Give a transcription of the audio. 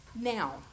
now